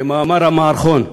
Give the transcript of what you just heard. כמאמר המערכון,